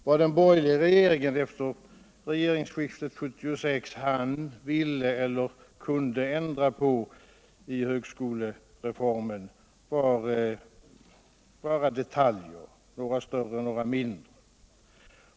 Vad den borgerliga regeringen efter regeringsskiftet 1976 hann, ville eller kunde ändra på i högskolereformen var bara detaljer, några större och några mindre.